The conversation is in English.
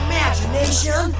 Imagination